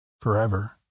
Forever